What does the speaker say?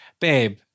babe